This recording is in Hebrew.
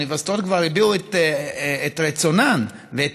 האוניברסיטאות כבר הביעו את רצונן ואת